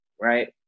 right